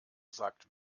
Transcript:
sagt